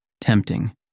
Tempting